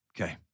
Okay